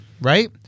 right